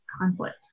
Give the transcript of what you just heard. conflict